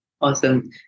Awesome